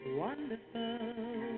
wonderful